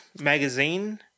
magazine